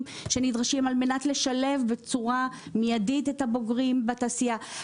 שנדרשים על מנת לשלב בצורה מיידית את הבוגרים בתעשייה.